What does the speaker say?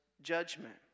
judgment